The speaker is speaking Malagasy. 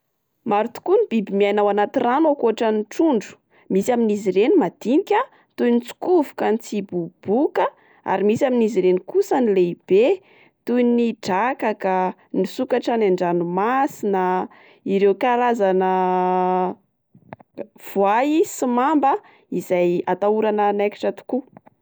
Maro tokoa ny biby miaina ao anaty rano ankoatra ny trondro. Misy amin'izy ireny madinika toy: ny tsikovoka, ny tsiboboka, ary misy amin'izy ireny kosa ny lehibe toy: ny drakaka, ny sokatra any andranomasina, ireo karazana voay sy mamba izay atahorana anaikitra tokoa.